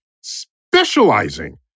specializing